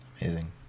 Amazing